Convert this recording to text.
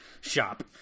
shop